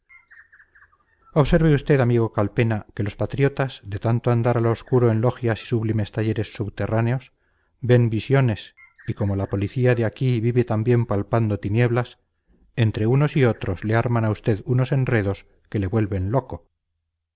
observe usted amigo calpena que los patriotas de tanto andar al obscuro en logias y sublimes talleres soterráneos ven visiones y como la policía de aquí vive también palpando tinieblas entre unos y otros le arman a usted unos enredos que le vuelven loco